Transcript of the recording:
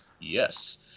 Yes